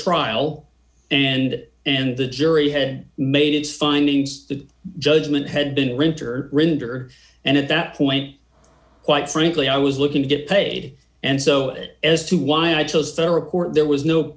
trial and and the jury had made its findings the judgment had been renter rinder and at that point quite frankly i was looking to get paid and so it as to why i chose their report there was no